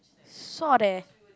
sot eh